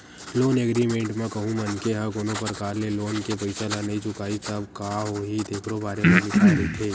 loan agreement म कहूँ मनखे ह कोनो परकार ले लोन के पइसा ल नइ चुकाइस तब का होही तेखरो बारे म लिखाए रहिथे